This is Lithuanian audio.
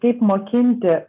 kaip mokinti